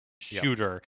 shooter